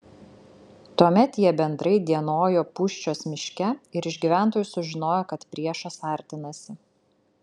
tuomet jie bendrai dienojo pūščios miške ir iš gyventojų sužinojo kad priešas artinasi